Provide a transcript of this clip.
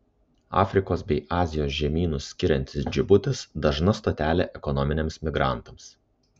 afrikos bei azijos žemynus skiriantis džibutis dažna stotelė ekonominiams migrantams